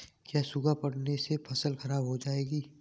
क्या सूखा पड़ने से फसल खराब हो जाएगी?